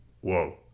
Whoa